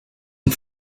and